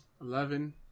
eleven